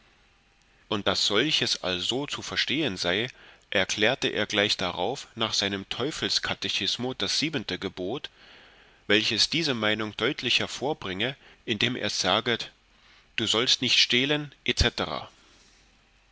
und daß solches also zu verstehen sei erklärte er gleich darauf nach seinem teufels catechismo das siebende gebot welches diese meinung deutlicher vorbringe indem es saget du sollt nicht stehlen